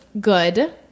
good